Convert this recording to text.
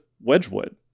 Wedgwood